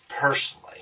personally